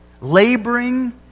laboring